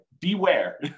beware